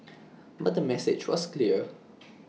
but the message was clear